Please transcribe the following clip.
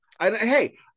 hey